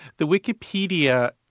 the wikipedia,